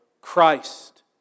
Christ